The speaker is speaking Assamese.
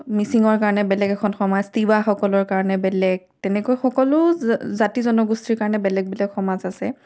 মিচিঙৰ কাৰণে বেলেগ এখন সমাজ তিৱাসকলৰ কাৰণে বেলেগ তেনেকৈ সকলো জা জাতি জনগোষ্ঠীৰ কাৰণে বেলেগ বেলেগ সমাজ আছে